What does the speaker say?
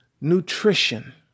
Nutrition